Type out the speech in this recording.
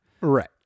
right